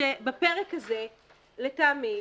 שבפרק הזה לטעמי,